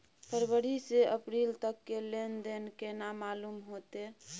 फरवरी से अप्रैल तक के लेन देन केना मालूम होते?